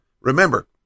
remember